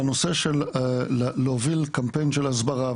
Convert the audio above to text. והנושא של להוביל קמפיין של הסברה,